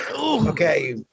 Okay